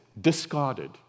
Discarded